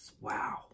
Wow